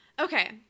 Okay